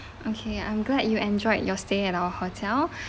okay I'm glad you enjoyed your stay at our hotel